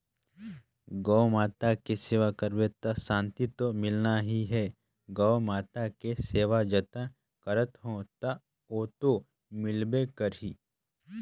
गउ माता के सेवा करबे त सांति तो मिलना ही है, गउ माता के सेवा जतन करत हो त ओतो मिलबे करही